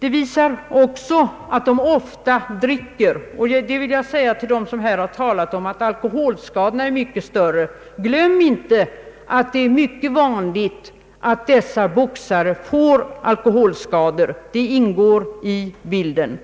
Undersökningen visar också att de skadade boxarna gärna dricker. Jag vill säga till dem som här talat om att vanliga alkoholskador är mycket större: Glöm inte att det är mycket vanligt att skadade boxare också får alkoholskador — det ingår i bilden!